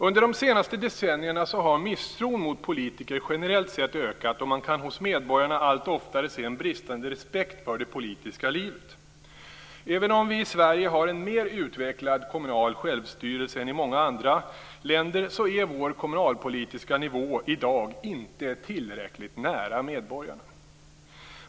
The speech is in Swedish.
Under de senaste decennierna har misstron mot politiker generellt sett ökat och man kan hos medborgarna allt oftare se en bristande respekt för det politiska livet. Även om vi i Sverige har en mer utvecklad kommunal självstyrelse än i många andra länder, är vår kommunalpolitiska nivå i dag inte tillräckligt nära medborgarna.